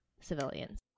civilians